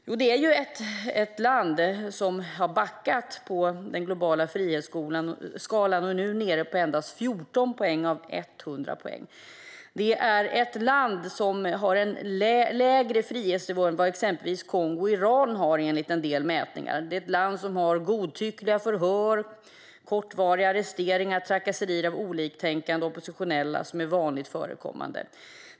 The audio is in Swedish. Jo, det är ett land som har backat på den globala frihetsskalan och nu är nere på endast 14 poäng av 100. Det är ett land som har lägre frihetsnivå än vad exempelvis Kongo och Iran har, enligt en del mätningar. Det är ett land där godtyckliga förhör, kortvariga arresteringar och trakasserier av oliktänkande oppositionella är vanligt förekommande.